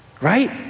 right